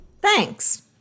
Thanks